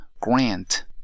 grant